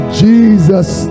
jesus